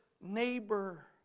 neighbor